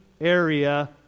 area